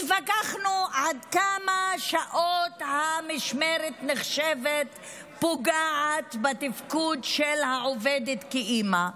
התווכחנו עד כמה שעות המשמרת נחשבות לפוגעות בתפקוד של העובדת כאימא,